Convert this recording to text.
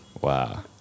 Wow